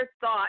thought